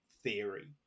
theory